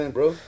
bro